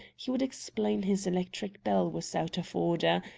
he would explain his electric bell was out of order,